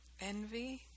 envy